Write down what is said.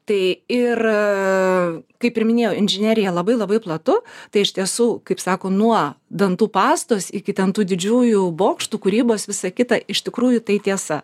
tai ir kaip ir minėjau inžinerija labai labai platu tai iš tiesų kaip sako nuo dantų pastos iki ten tų didžiųjų bokštų kūrybos visą kitą iš tikrųjų tai tiesa